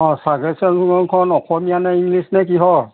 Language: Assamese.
অ চাজেশ্যনখন অসমীয়ানে ইংলিছনে কিহৰ